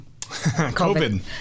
COVID